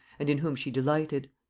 and in whom she delighted!